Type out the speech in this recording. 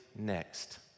next